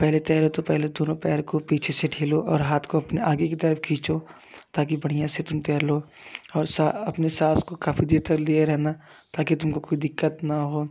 पहले तैरो तो पहले दोनों पैर को पीछे से ठेलो और हाथ को अपने आगे की तरफ खींचो ताकि बढ़िया से तुम तैर लो और अपने सांस को काफी देर तक लिए रहना ताकि तुमको कोई दिक्कत ना हो